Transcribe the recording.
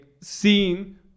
seen